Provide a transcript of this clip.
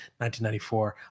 1994